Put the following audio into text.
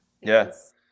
Yes